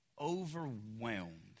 overwhelmed